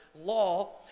law